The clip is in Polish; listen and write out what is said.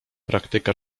praktyka